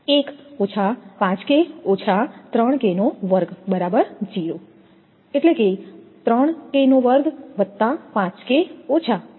આ સમીકરણ 4 છે